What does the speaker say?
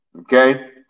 okay